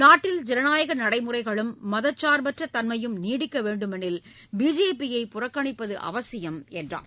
நாட்டில் ஜனநாயக நடைமுறைகளும் மதச்சார்பற்ற தன்மையும் நீடிக்க வேண்டுமெனில் பிஜேபியை புறக்கணிப்பது அவசியம் என்றார்